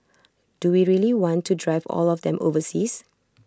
do we really want to drive all of them overseas